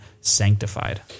sanctified